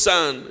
Son